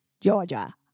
Georgia